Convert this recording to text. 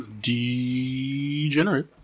Degenerate